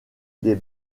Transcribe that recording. des